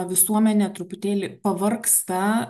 visuomenė truputėlį pavargsta